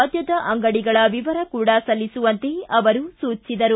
ಮದ್ಯದ ಅಂಗಡಿಗಳ ವಿವರ ಕೂಡ ಸಲ್ಲಿಸುವಂತೆ ಅವರು ಸೂಚಿಸಿದರು